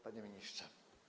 Panie Ministrze!